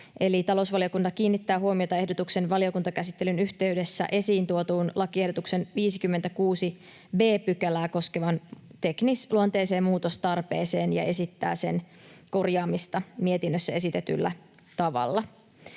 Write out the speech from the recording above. Eli talousvaliokunta kiinnittää huomiota ehdotuksen valiokuntakäsittelyn yhteydessä esiin tuotuun lakiehdotuksen 56 b §:ää koskevaan teknisluonteiseen muutostarpeeseen ja esittää sen korjaamista mietinnössä esitetyllä tavalla.